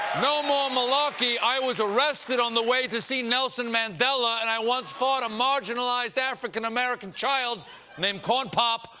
no more malarkey. i was arrested on the way to see nelson mandela, and i once fought a marginalized african american child named corn pop.